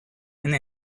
and